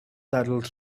waddled